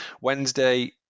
Wednesday